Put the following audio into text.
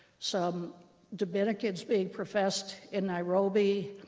some dominicans being professed in nairobi.